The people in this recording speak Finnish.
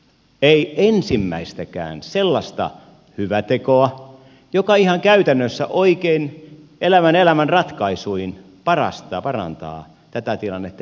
ei ensimmäistäkään sellaista hyvää tekoa joka ihan käytännössä oikein elävän elämän ratkaisuin parantaa tätä tilannetta energiakysymyksen osalta